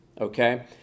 Okay